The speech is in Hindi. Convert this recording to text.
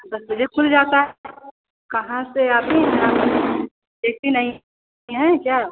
दस बजे खुल जाता है कहाँ से आप ऐसी नहीं हैं क्या